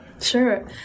Sure